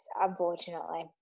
Unfortunately